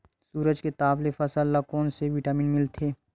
सूरज के ताप ले फसल ल कोन ले विटामिन मिल थे?